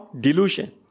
delusion